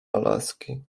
alaski